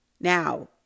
Now